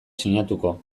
sinatuko